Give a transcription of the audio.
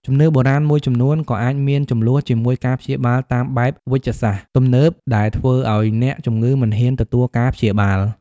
ជំនឿបុរាណមួយចំនួនក៏អាចមានជម្លោះជាមួយការព្យាបាលតាមបែបវេជ្ជសាស្ត្រទំនើប ដែលធ្វើឱ្យអ្នកជំងឺមិនហ៊ានទទួលការព្យាបាល។